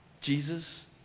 Jesus